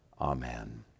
amen